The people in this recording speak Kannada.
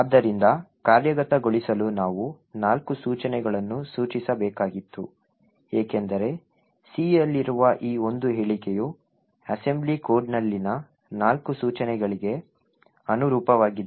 ಆದ್ದರಿಂದ ಕಾರ್ಯಗತಗೊಳಿಸಲು ನಾವು ನಾಲ್ಕು ಸೂಚನೆಗಳನ್ನು ಸೂಚಿಸಬೇಕಾಗಿತ್ತು ಏಕೆಂದರೆ C ಯಲ್ಲಿರುವ ಈ ಒಂದೇ ಹೇಳಿಕೆಯು ಅಸೆಂಬ್ಲಿ ಕೋಡ್ನಲ್ಲಿನ ನಾಲ್ಕು ಸೂಚನೆಗಳಿಗೆ ಅನುರೂಪವಾಗಿದೆ